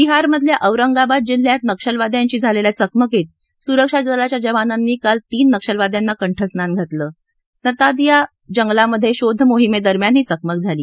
बिहारमधल्या औरंगाबाद जिल्ह्यात नक्षलवाद्यांशी झालेल्या चकमकीत सुरक्षादलाच्या जवानांनी काल तीन नक्षलवाद्यीनां कंठस्नान घातलं सतनादीया जंगलामधे शोधमोहिमे दरम्यान ही चकमक झाली